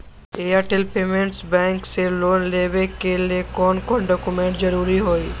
Airtel payments bank से loan लेवे के ले कौन कौन डॉक्यूमेंट जरुरी होइ?